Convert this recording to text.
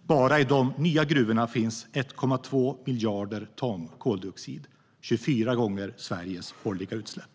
Enbart i de nya gruvorna finns 1,2 miljarder ton koldioxid. Det är 24 gånger Sveriges årliga utsläpp.